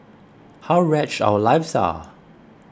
how wretched our lives are